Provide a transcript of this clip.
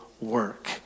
work